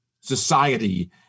society